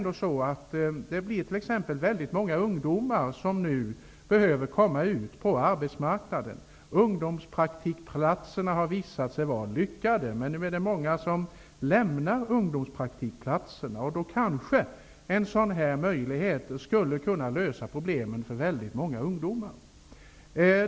Det finns t.ex. många ungdomar som nu behöver komma ut på arbetsmarknaden. Ungdomspraktikplatserna har visat sig vara lyckade. Men nu är det många som lämnar sin ungdomspraktikplats. En sådan här möjlighet skulle kanske kunna lösa problemen för många ungdomar.